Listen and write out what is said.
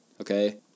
Okay